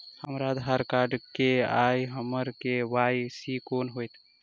हमरा आधार कार्ड नै अई हम्मर के.वाई.सी कोना हैत?